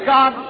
God